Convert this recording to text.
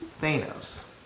Thanos